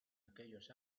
aquellos